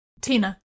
Tina